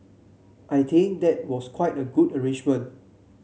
I think that was quite a good arrangement